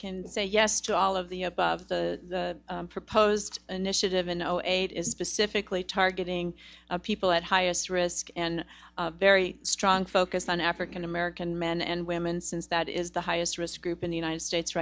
can say yes to all of the above the proposed initiative in zero eight is disaffiliate targeting people at highest risk and very strong focus on african american men and women since that is the highest risk group in the united states